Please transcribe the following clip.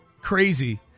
Crazy